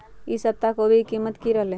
ई सप्ताह कोवी के कीमत की रहलै?